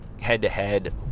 head-to-head